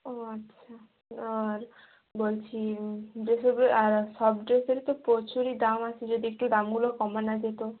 ও আচ্ছা আর বলছি ড্রেসের উপরে আর সব ড্রেসের তো প্রচুরই দাম আছে যদি একটু দামগুলো কমানো যেত